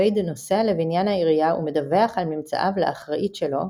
וייד נוסע לבניין העירייה ומדווח על ממצאיו לאחראית שלו,